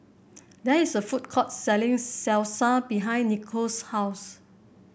there is a food court selling Salsa behind Nichole's house